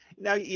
Now